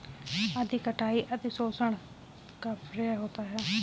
अति कटाई अतिशोषण का पर्याय होता है